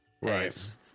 Right